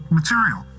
material